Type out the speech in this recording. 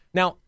now